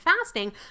fasting